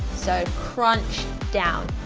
so crunch down,